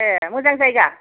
ए मोजां जायगा